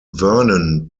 vernon